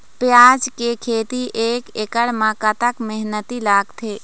प्याज के खेती एक एकड़ म कतक मेहनती लागथे?